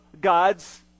God's